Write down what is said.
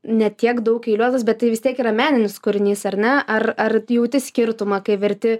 ne tiek daug eiliuotas bet tai vis tiek yra meninis kūrinys ar ne ar ar jauti skirtumą kai verti